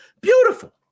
Beautiful